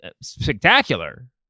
spectacular